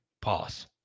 Pause